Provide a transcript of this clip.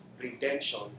redemption